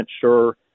sure